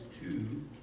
Two